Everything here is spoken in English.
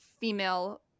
female